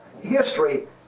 history